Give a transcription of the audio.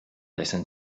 listen